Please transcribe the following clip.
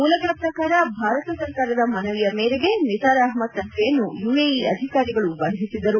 ಮೂಲಗಳ ಪ್ರಕಾರ ಭಾರತ ಸರ್ಕಾರದ ಮನವಿಯ ಮೇರೆಗೆ ನಿಸಾರ್ ಅಹ್ಮದ್ ತಂತ್ರೆಯನ್ನು ಯುಎಇ ಅಧಿಕಾರಿಗಳು ಬಂಧಿಸಿದ್ದರು